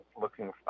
looking